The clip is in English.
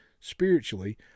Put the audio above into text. spiritually